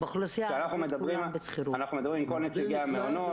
אנחנו מדברים עם כל נציגי המעונות,